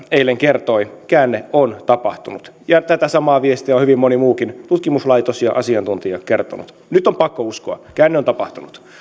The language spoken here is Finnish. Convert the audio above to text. eilen kertoi käänne on tapahtunut ja tätä samaa viestiä on hyvin moni muukin tutkimuslaitos ja asiantuntija kertonut nyt on pakko uskoa käänne on tapahtunut